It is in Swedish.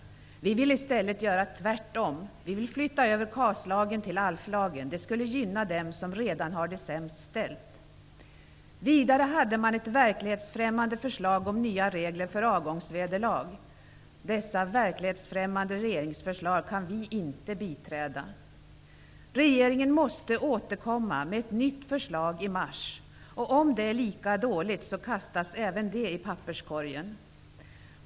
Vi vill i stället göra tvärtom. Vi vill flytta över KAS-lagen till arbetslöshetsförsäkringslagen. Det skulle gynna dem som redan har det sämst ställt. Vidare hade man ett verklighetsfrämmande förslag om nya regler för avgångsvederlag. Dessa verklighetsfrämmande regeringsförslag kan vi inte biträda. Regeringen måste återkomma med ett nytt förslag i mars. Om det är lika dåligt, kastas även detta i papperskorgen.